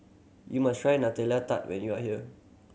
you must try Nutella Tart when you are here